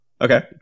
Okay